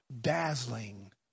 dazzling